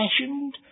fashioned